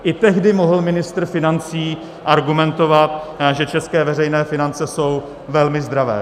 I tehdy mohl ministr financí argumentovat, že české veřejné finance jsou velmi zdravé.